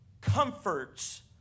comforts